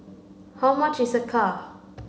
how much is Acar